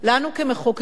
כמחוקקים,